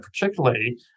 particularly